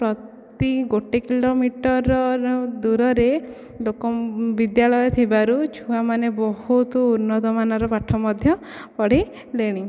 ପ୍ରତି ଗୋଟେ କିଲୋ ମିଟରର ଦୂରରେ ବିଦ୍ୟାଳୟ ଥିବାରୁ ଛୁଆ ମାନେ ବହୁତ ଉନ୍ନତ ମାନର ପାଠ ମଧ୍ୟ ପଢ଼ିଲେଣି